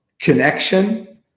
connection